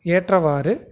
ஏற்றவாறு